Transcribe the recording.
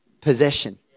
possession